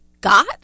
got